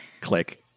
Click